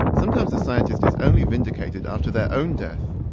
sometimes a scientist is only vindicated after their own death.